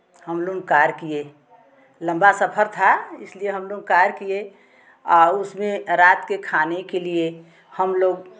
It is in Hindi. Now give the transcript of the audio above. हम लोग कार किए लंबा सफ़र था इसलिए हम लोग कार किए आ उसमें रात के खाने के लिए हम लोग